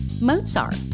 Mozart